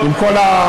עם כל החששות,